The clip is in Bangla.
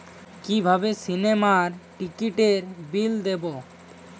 কিভাবে সিনেমার টিকিটের বিল দেবো?